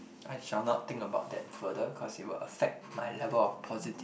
I shall not think about that further cause it will affect my level of positive